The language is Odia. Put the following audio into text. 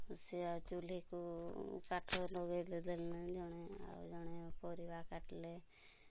ସେ ଚୂଲିକୁ କାଠ ଲଗେଇ ଦେଲେ ଜଣେ ଆଉ ଜଣେ ପରିବା କାଟିଲେ